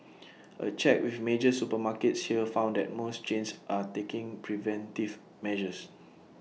A check with major supermarkets here found that most chains are taking preventive measures